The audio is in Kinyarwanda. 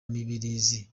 mibirizi